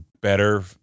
better